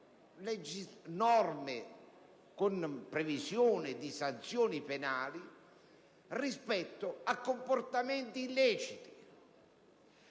norme, con previsione di sanzioni penali, rispetto a comportamenti illeciti,